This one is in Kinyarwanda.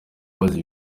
abaza